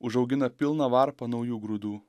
užaugina pilną varpą naujų grūdų